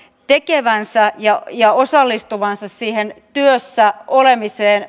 tekevänsä ja ja osallistuvansa siihen työssä olemiseen